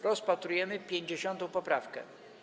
Rozpatrujemy 50. poprawkę.